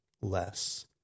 less